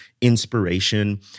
inspiration